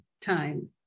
time